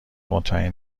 مطمئن